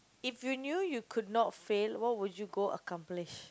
if you knew you could not fail what would you go accomplish